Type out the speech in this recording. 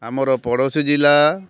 ଆମର ପଡ଼ୋଶୀ ଜିଲ୍ଲା